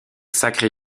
sacré